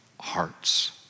hearts